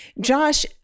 Josh